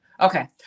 Okay